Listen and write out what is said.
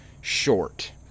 Short